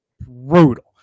brutal